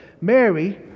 Mary